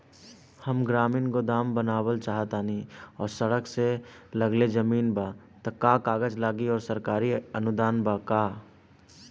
हम ग्रामीण गोदाम बनावल चाहतानी और सड़क से लगले जमीन बा त का कागज लागी आ सरकारी अनुदान बा का?